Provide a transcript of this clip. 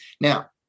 Now